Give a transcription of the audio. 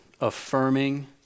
affirming